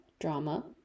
drama